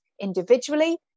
individually